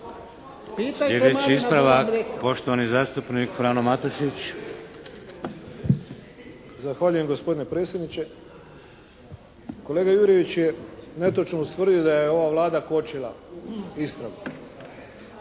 Sljedeći ispravak, poštovani zastupnik Frano Matušić. **Matušić, Frano (HDZ)** Zahvaljujem gospodine predsjedniče. Kolega Jurjević je netočno ustvrdio da je ova Vlada kočila istragu.